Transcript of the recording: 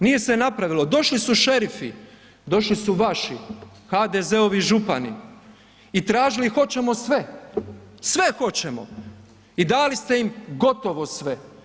Nije se napravilo, došli su šerifi, došli su vaši, HDZ-ovi župani i tražili hoćemo sve, sve hoćemo i dali ste im gotovo sve.